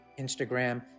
Instagram